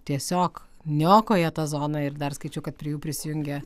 tiesiog niokoja tą zoną ir dar skaičiau kad prie jų prisijungia